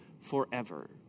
forever